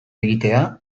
egitea